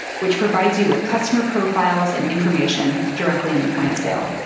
which provides you with customer profiles and information directly in the point of sale.